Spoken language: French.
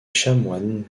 chanoine